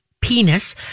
penis